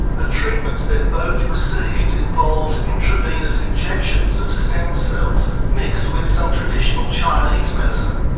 the treatments they've both received involved intravenous injections of stem cells mixed with some traditional chinese medicine.